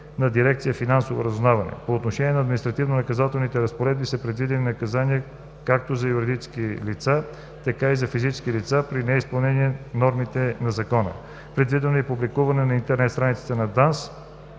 на дирекция „Финансово разузнаване“. По отношение на административнонаказателните разпоредби са предвидени наказания както за физическите, така и за юридическите лица при неизпълнение нормите на Закона. Предвидено е и публикуване на интернет страницата на ДАНС